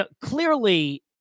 Clearly